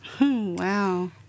wow